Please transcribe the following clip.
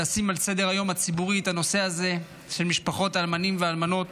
לשים על סדר-היום הציבורי את הנושא הזה של משפחות האלמנים והאלמנות.